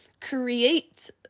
create